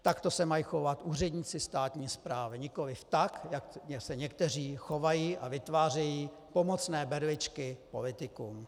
Takto se mají chovat úředníci státní správy, nikoli tak, jak se někteří chovají a vytvářejí pomocné berličky politikům.